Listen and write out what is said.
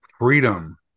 freedom